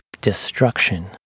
destruction